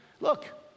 look